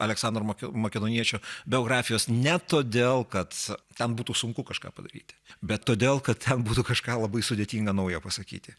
aleksandro makedoniečio biografijos ne todėl kad ten būtų sunku kažką padaryti bet todėl kad būtų kažką labai sudėtinga naujo pasakyti